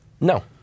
no